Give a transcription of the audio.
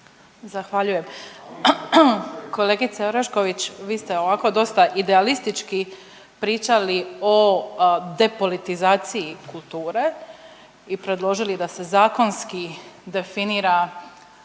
Zahvaljujem. Kolegice Orešković, vi ste ovako dosta idealistički pričali o depolitizaciji kulture i predložili da se zakonski definira